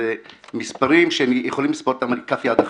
אלה מספרים שאפשר לספור אותם על כף יד אחת.